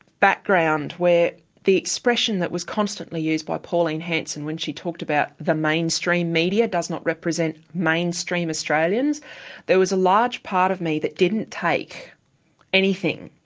background where the expression that was constantly used by pauline hanson when she talked about the mainstream media does not represent mainstream australians'-there was a large part of me that didn't take anything,